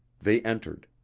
they entered.